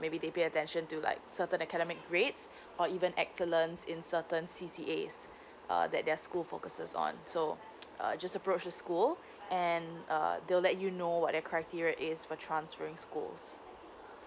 maybe they pay attention to like certain academic grades or even excellence in certain C_C_A_S err that their school focuses on so uh just approach the school and uh they will let you know what their criteria is for transferring schools